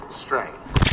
strength